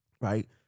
right